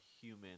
human